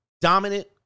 dominant